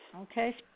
Okay